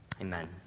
Amen